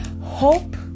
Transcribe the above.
Hope